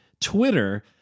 Twitter